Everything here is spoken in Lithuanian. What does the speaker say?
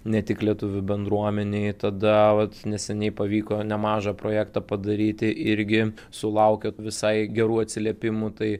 ne tik lietuvių bendruomenei tada vat neseniai pavyko nemažą projektą padaryti irgi sulaukė visai gerų atsiliepimų tai